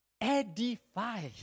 edify